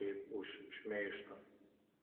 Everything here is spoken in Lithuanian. kaip už šmeižtą